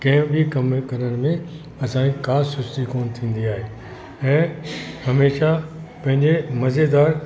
कंहिं बि कमु करण में असांखे का सुस्ती कोन थींदी आहे ऐं हमेशह पंहिंजे मज़ेदार